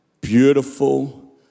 Beautiful